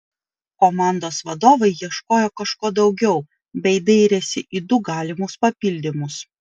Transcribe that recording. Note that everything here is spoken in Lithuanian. komandos vadovai ieškojo kažko daugiau bei dairėsi į du galimus papildymus